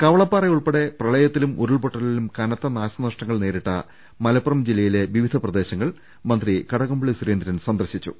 കവളപ്പാറ ഉൾപ്പടെ പ്രളയത്തിലും ഉരുൾപൊട്ടലിലും കനത്ത നാ ശനഷ്ടങ്ങൾ നേരിട്ട മലപ്പുറം ജില്ലയിലെ വിവിധ പ്രദേശങ്ങൾ മ ന്ത്രി കടകംപള്ളി സുരേന്ദ്രൻ സന്ദർശിച്ചു